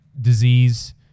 disease